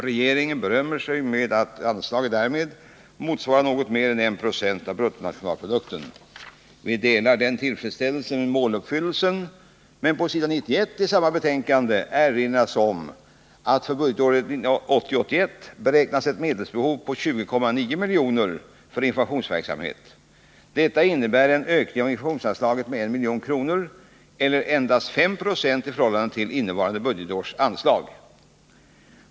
Regeringen berömmer sig av att anslaget därmed motsvarar något mer än 1 26 av bruttonationalprodukten. Vi delar den tillfredsställelsen beträffande måluppfyllelsen. Men på s. 91 i samma betänkande erinras om att för budgetåret 1980/81 beräknas ett medelsbehov av 20,9 milj.kr. för informationsverksamhet. Detta innebär en ökning av informationsanslaget med 1 milj.kr. eller endast 5 90 i förhållande till innevarande budgetårs anslag.